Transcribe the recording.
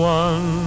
one